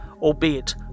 albeit